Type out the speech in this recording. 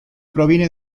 proviene